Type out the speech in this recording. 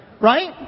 Right